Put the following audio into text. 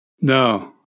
No